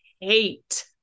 hate